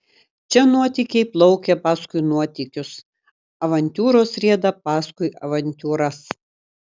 čia nuotykiai plaukia paskui nuotykius avantiūros rieda paskui avantiūras